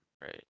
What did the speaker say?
Right